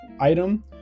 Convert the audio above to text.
item